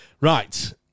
Right